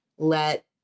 Let